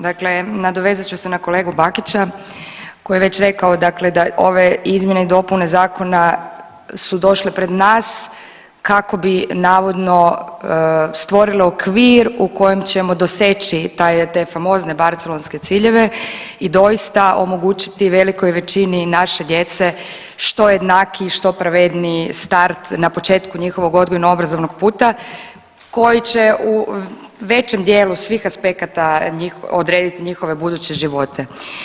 Dakle, nadovezat ću se na kolegu Bakića koji je već rekao dakle da ove izmjene i dopune zakona su došle pred nas kako bi navodno stvorile okvir u kojem ćemo doseći taj, te famozne barcelonske ciljeve i doista omogućiti velikoj većini naše djece što jednakiji i što pravedniji start na početku njihovog odgojno obrazovnog puta koji će u većem dijelu svih aspekata odrediti njihove buduće živote.